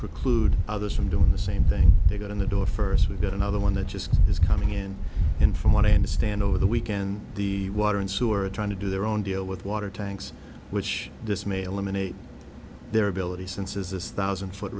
preclude others from doing the same thing they got in the door first we've got another one that just is coming in in from what i understand over the weekend the water and sewer trying to do their own deal with water tanks which this may eliminate their ability senses this thousand foot